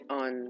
on